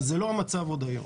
אבל זה לא המצב היום.